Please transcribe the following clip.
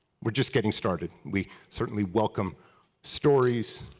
we are just getting started. we certainly welcome stories,